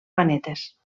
manetes